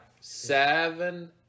seven